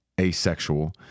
asexual